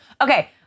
Okay